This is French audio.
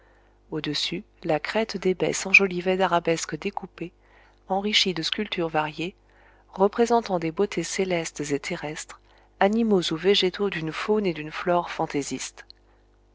au-dessus la crête des baies s'enjolivait d'arabesques découpées enrichies de sculptures variées représentant des beautés célestes et terrestres animaux ou végétaux d'une faune et d'une flore fantaisistes